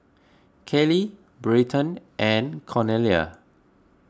Kayley Bryton and Cornelia